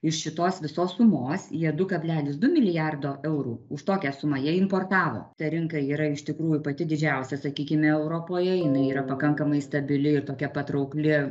iš šitos visos sumos jie du kablelis du milijardo eurų už tokią sumą jie importavo ta rinka yra iš tikrųjų pati didžiausia sakykime europoje jinai yra pakankamai stabili ir tokia patraukli